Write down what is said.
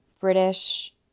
British